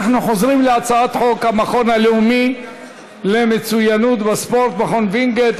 אנחנו חוזרים להצעת חוק המכון הלאומי למצוינות בספורט (מכון וינגייט),